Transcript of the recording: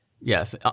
yes